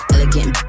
Elegant